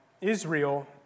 Israel